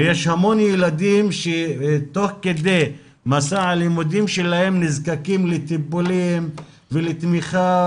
ויש המון ילדים שתוך כדי מסע הלימודים שלהם נזקקים לטיפולים ולתמיכה